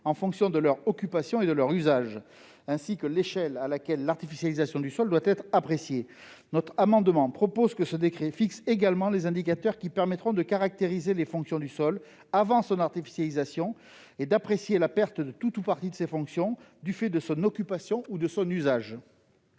en fonction de leur occupation et de leur usage, et de déterminer l'échelle à laquelle l'artificialisation des sols doit être appréciée. Nous proposons que ce décret fixe également les indicateurs qui permettront de caractériser les fonctions du sol avant son artificialisation et d'apprécier la perte de tout ou partie de ces fonctions du fait de son occupation ou de son usage.